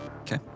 Okay